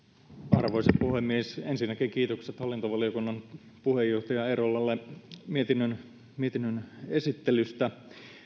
arvoisa puhemies ensinnäkin kiitokset hallintovaliokunnan puheenjohtaja eerolalle mietinnön mietinnön esittelystä